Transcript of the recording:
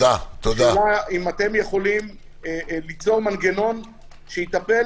השאלה אם אתם יכולים ליצור מנגנון שיטפל